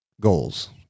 goals